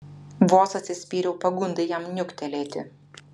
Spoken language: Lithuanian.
vos atsispyriau pagundai jam niuktelėti